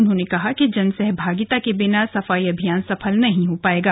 उन्होंने कहा कि जन सहभागिता के बिना सफाई अभियान सफल नहीं हो पायेगा